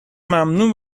ممنون